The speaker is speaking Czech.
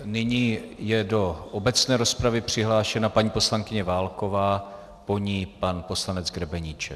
Nyní je do obecné rozpravy přihlášena paní poslankyně Válková, po ní pan poslanec Grebeníček.